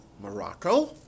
Morocco